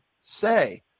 say